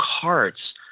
cards